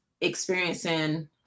experiencing